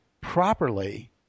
properly